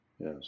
Yes